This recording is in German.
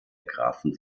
grafen